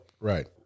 right